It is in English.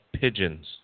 pigeons